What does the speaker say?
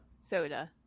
Soda